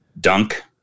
dunk